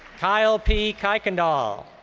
kyle p. kikendoll.